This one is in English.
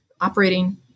operating